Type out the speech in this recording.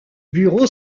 bureau